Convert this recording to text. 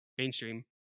mainstream